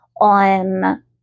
on